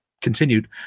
continued